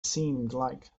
seemed